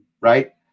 right